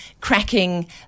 cracking